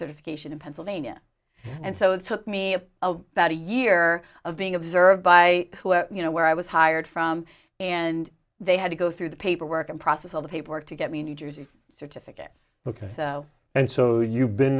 certification in pennsylvania and so it took me about a year of being observed by you know where i was hired from and they had to go through the paperwork and process all the paperwork to get me a new jersey certificate because and so you've been